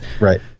right